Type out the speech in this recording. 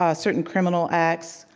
ah certain criminal acts